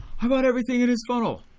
i bought everything in his funnel.